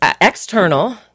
external